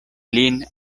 lin